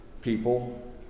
people